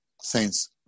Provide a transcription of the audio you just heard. saints